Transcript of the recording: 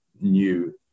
new